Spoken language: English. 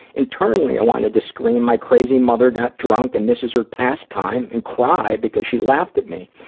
internally i wanted to scream, my crazy mother got drunk and this is her pastime and cry because she laughed at me.